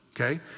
okay